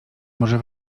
może